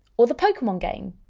or the pokemon game.